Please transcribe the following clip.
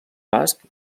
basc